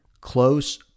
close